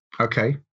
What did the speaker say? Okay